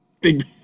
Big